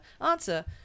Answer